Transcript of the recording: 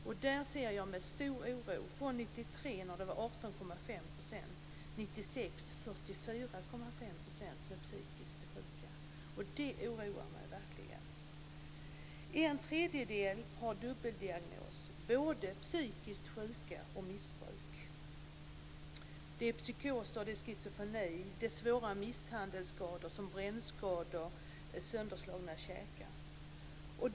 Jag ser med stor oro på det här. 1993 var 18,5 % psykiskt sjuka. 1996 var 44,5 % psykiskt sjuka. Detta oroar mig verkligen. En tredjedel har dubbeldiagnos. De är både psykiskt sjuka och missbrukare. Det handlar om psykoser, schizofreni och svåra misshandelsskador, som brännskador och sönderslagna käkar.